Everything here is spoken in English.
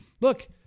look